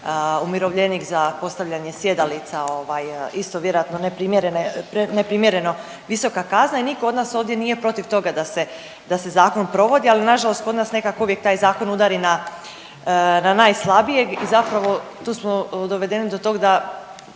umirovljenik za postavljanje sjedalica isto vjerojatno neprimjereno visoka kazna i nitko od nas ovdje nije protiv toga da se zakon provodi. Ali na žalost kod nas nekako uvijek taj zakon udari na najslabijeg i tu smo dovedeni do tog da